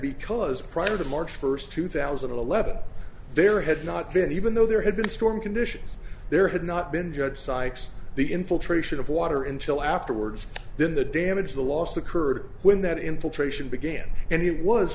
because prior to march first two thousand and eleven there had not been even though there had been storm conditions there had not been judge sykes the infiltration of water until afterwards then the damage the last occurred when that infiltration began and it was